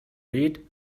read